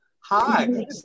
Hi